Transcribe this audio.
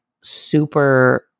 super